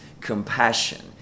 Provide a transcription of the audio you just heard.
compassion